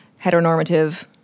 heteronormative